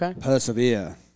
persevere